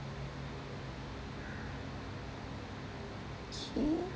okay